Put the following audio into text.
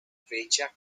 fecha